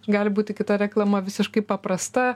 gali būti kita reklama visiškai paprasta